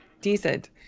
decent